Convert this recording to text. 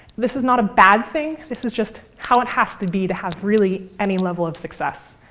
this is not a bad thing. this is just how it has to be to have really any level of success.